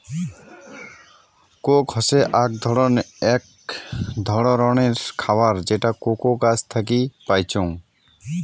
Coke হসে আক ধররনের খাবার যেটা কোকো গাছ থাকি পাইচুঙ